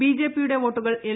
ബിജെപിയുടെ വോട്ടുകൾ എൽ